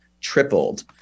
tripled